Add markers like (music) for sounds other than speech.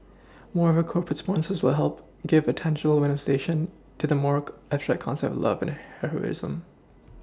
moreover corporate sponsors will help give a tangible manifestation to the more (unintelligible) abstract concepts of love and heroism